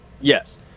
yes